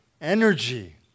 energy